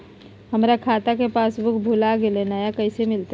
हमर खाता के पासबुक भुला गेलई, नया कैसे मिलतई?